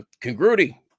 Congruity